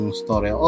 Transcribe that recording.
story